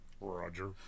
Roger